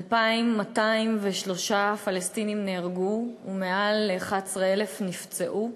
2,203 פלסטינים נהרגו ומעל ל-11,000 נפצעו,